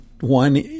one